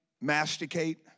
masticate